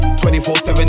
24-7